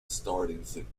starting